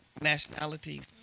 nationalities